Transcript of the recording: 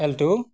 alto